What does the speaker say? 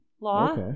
law